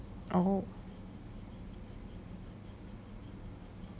oh